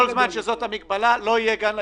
שזאת המגבלה לא יהיה גן ילדים?